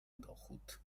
dochód